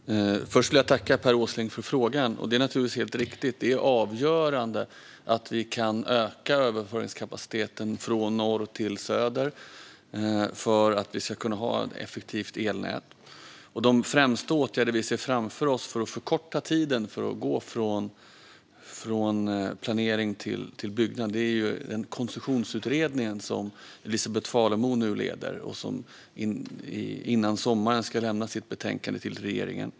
Fru talman! Först vill jag tacka Per Åsling för frågan. Detta är naturligtvis helt riktigt. Det är avgörande att vi kan öka överföringskapaciteten från norr till söder för att vi ska kunna ha ett effektivt elnät. Bland de främsta åtgärder vi ser framför oss för att förkorta tiden för att gå från planering till byggande finns den koncessionsutredning som Elisabet Falemo nu leder och som före sommaren ska lämna sitt betänkande till regeringen.